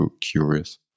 curious